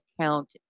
count